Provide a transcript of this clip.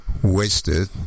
Wasted